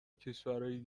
کشورای